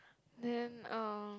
then um